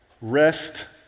Rest